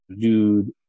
dude